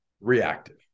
reactive